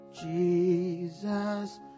Jesus